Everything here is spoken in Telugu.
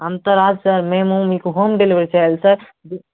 అంత రాదు సార్ మేము మీకు హోమ్ డెలివరీ చెయ్యాలి సార్